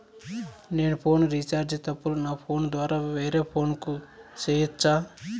నేను phone recharge తప్పులను నా ఫోను ద్వారా వేరే ఫోను కు సేయొచ్చా?